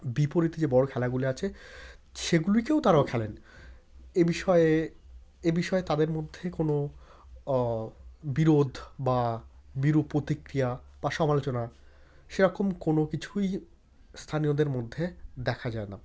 বিপরীতে যে বড় খেলাগুলি আছে সেগুলিকেও তারাও খেলেন এ বিষয়ে এ বিষয়ে তাদের মধ্যে কোনো বিরোধ বা বিরূপ প্রতিক্রিয়া বা সমালোচনা সেরকম কোনো কিছুই স্থানীয়দের মধ্যে দেখা যায় না